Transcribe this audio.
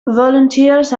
volunteers